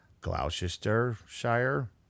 Gloucestershire